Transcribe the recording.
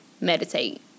meditate